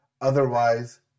otherwise